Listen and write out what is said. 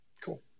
cool